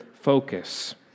Focus